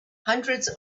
hundreds